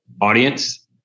audience